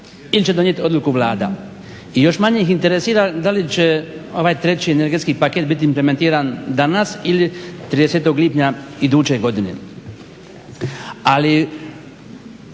ili će donijeti odluku Vlada. I još manje ih interesira da li će ovaj treći energetski paket biti implementiran danas ili 30. lipnja iduće godine. Ali